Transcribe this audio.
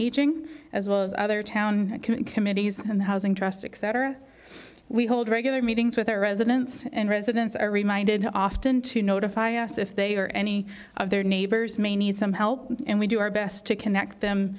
aging as well as other town committees and housing drastic cetera we hold regular meetings with our residents and residents are reminded to often to notify us if they are any of their neighbors may need some help and we do our best to connect them